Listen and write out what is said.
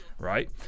right